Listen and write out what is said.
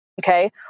Okay